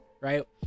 right